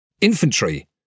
Infantry